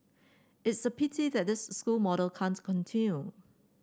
it's a pity that this school model can't continue